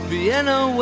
Vienna